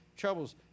Trouble's